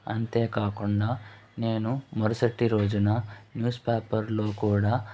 అంతేకాకుండా నేను మరుసటి రోజున న్యూస్ పేపర్లో కూడా